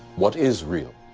what is real?